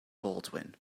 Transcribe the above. baldwin